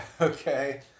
Okay